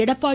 Edappadi